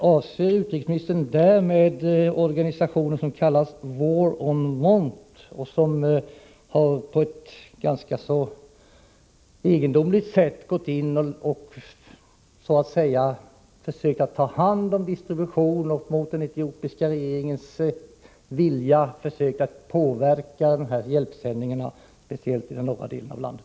Avser utrikesministern därmed den organisation som kallas War on Want och som på ett ganska egendomligt sätt har försökt ta hand om distributionen och mot den etiopiska regeringens vilja försökt påverka hjälpsändningar, speciellt i de norra delarna av landet?